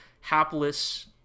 hapless